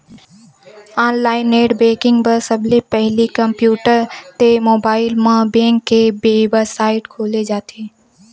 online net banking बर सबले पहिली कम्प्यूटर ते मोबाईल म बेंक के बेबसाइट खोले जाथे